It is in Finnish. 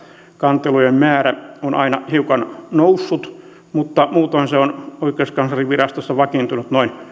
kantelujen määrä on aina hiukan noussut mutta muutoin se on oikeuskanslerinvirastossa vakiintunut noin